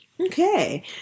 okay